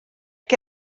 que